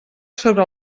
sobre